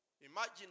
Imagine